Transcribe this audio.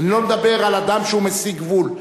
אני לא מדבר על אדם שהוא מסיג גבול,